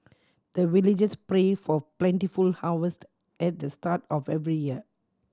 the villagers pray for plentiful harvest at the start of every year